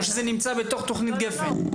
או שזה נמצא בתוך תוכנית גפ"ן.